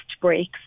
breaks